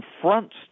confronts